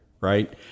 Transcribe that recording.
right